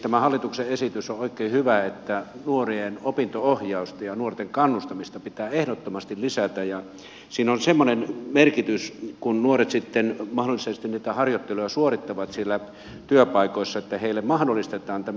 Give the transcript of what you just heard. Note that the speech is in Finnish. tämä hallituksen esitys on oikein hyvä että nuorten opinto ohjausta ja nuorten kannustamista pitää ehdottomasti lisätä ja siinä on semmoinen merkitys kun nuoret sitten mahdollisesti niitä harjoitteluja suorittavat siellä työpaikoissa että heille mahdollistetaan tämä